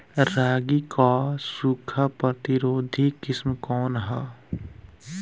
रागी क सूखा प्रतिरोधी किस्म कौन ह?